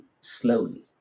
slowly